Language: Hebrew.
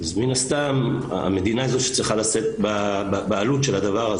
אז מן הסתם המדינה היא זו שצריכה לשאת בעלות של הדבר הזה.